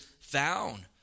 found